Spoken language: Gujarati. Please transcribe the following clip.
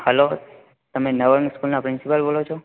હેલો તમે નવયસ સ્કૂલના પ્રિન્સિપલ બોલો છો